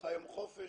מחר חופש,